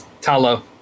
Talo